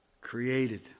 created